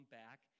back